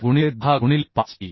17 गुणिले 10 गुणिले 5t